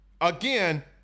Again